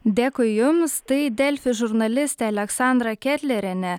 dėkui jums tai delfi žurnalistė aleksandra ketlerienė